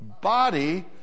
body